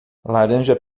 laranja